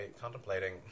contemplating